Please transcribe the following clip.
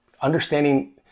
understanding